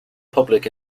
public